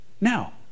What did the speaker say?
Now